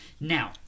Now